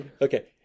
Okay